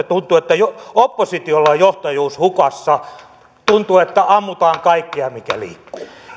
tuntuu että oppositiolla on johtajuus hukassa tuntuu että ammutaan kaikkea mikä liikkuu